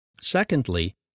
Secondly